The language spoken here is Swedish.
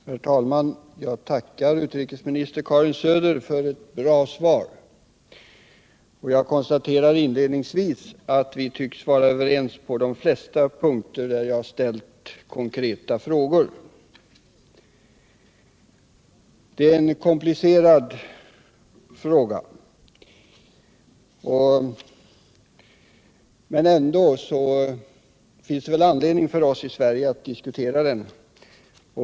Herr talman! Jag tackar utrikesminister Karin Söder för ett bra svar. Och jag konstaterar inledningsvis att vi tycks vara överens på de flesta punkter där jag ställt konkreta frågor. Det är en komplicerad fråga, men det finns väl ändå anledning för oss i Sverige att diskutera den.